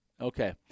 Okay